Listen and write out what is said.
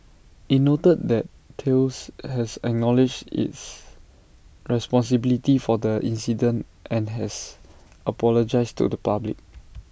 IT noted that Thales has acknowledged its responsibility for the incident and has apologised to the public